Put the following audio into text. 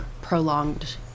prolonged